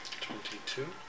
Twenty-two